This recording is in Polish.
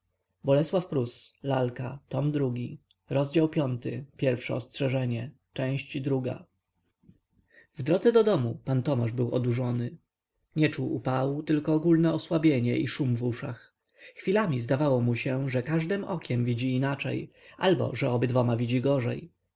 za siedmdziesiąt pocieszne słowo honoru konie ruszyły w stronę alei ujazdowskiej w drodze do domu pan tomasz był odurzony nie czuł upału tylko ogólne osłabienie i szum w uszach chwilami zdawało mu się że każdem okiem widzi inaczej albo że obydwoma widzi gorzej